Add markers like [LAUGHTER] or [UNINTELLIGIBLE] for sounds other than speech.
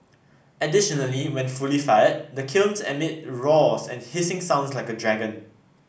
additionally when fully fired the kiln emits [UNINTELLIGIBLE] and hissing sounds like a dragon